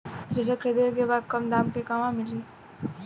Thresher खरीदे के बा कम दाम में कहवा मिली?